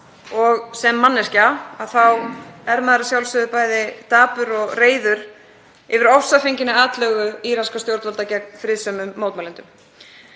og manneskja, að þá er maður að sjálfsögðu bæði dapur og reiður yfir ofsafenginni atlögu íranskra stjórnvalda gegn friðsömum mótmælendum.